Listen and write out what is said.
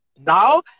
now